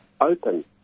open